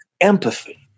empathy